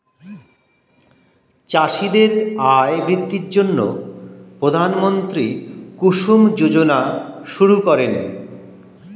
চাষীদের আয় বৃদ্ধির জন্য প্রধানমন্ত্রী কুসুম যোজনা শুরু করেন